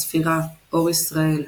הצפירה, "אור ישראל",